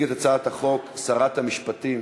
תציג את הצעת החוק שרת המשפטים